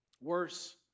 Worse